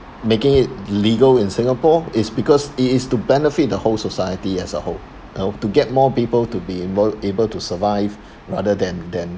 making it legal in singapore is because it is to benefit the whole society as a whole you know get more people to be able able to survive rather than than